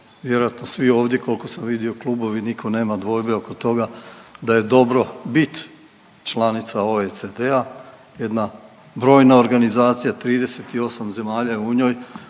vjerojatno svi ovdje koliko sam vidio klubovi nitko nema dvojbe oko toga da je dobro bit članica OECD-a jedna brojna organizacija, 38 zemalja je u njoj,